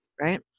right